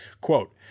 quote